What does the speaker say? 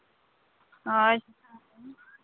ᱦᱳᱭ